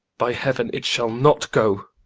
by heaven, it shall not go!